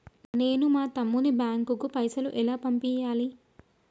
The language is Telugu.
నేను మా తమ్ముని బ్యాంకుకు పైసలు ఎలా పంపియ్యాలి?